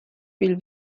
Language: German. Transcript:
viel